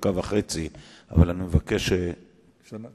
בדרך כלל בבתי-סוהר צבאיים.